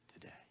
today